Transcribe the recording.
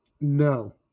No